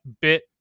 bit